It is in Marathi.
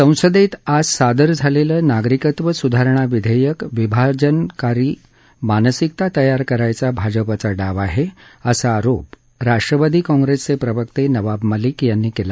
ससंदेत आज सादर झालेलं नागरिकत्व सुधारणा विधेयक विभाजनकारी मानसिकता तयार करण्याचा भाजपाचा डाव आहे असा आरोप राष्ट्रवादी कॉंग्रेसचे प्रवक्ते नवाब मालिक यांनी केला